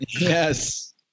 Yes